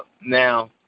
Now